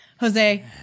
Jose